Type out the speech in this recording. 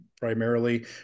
primarily